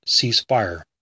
ceasefire